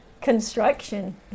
construction